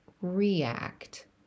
react